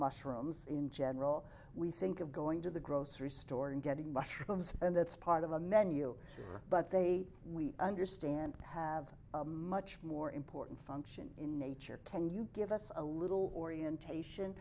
mushrooms in general we think of going to the grocery store and getting mushrooms and it's part of a menu but they we understand have a much more important function in nature can you give us a little orientation